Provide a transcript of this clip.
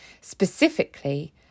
Specifically